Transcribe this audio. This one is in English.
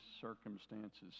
circumstances